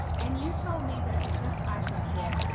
and you told me that it was this item here,